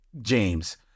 James